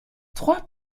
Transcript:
trois